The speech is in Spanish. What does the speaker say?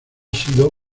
sido